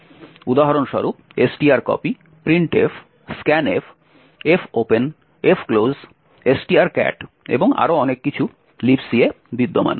উদাহরণস্বরূপ strcpy printf scanf fopen fclose strcat এবং আরও অনেক কিছু Libc এ বিদ্যমান